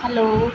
hello